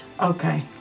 Okay